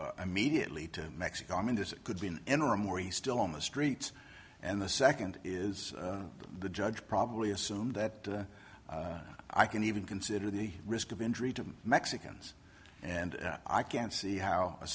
to immediately to mexico i mean this could be an interim where he's still on the streets and the second is the judge probably assumed that i can even consider the risk of injury to mexicans and i can't see how a